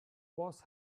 was